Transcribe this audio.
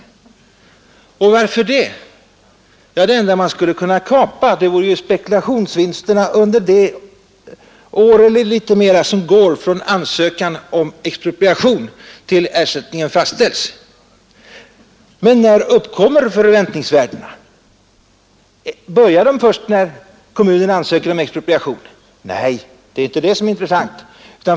Varför gör man inte det? Jo, det enda man skulle kunna kapa vore spekulationsvinsterna under det år eller litet mera som går från ansökan om expropriation till dess att ersättningen fastställs. Men när uppkommer förväntningsvärdena! Börjar de först när kommunen ansöker om expropriation? Nej, det är inte detta som är intressant.